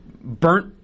Burnt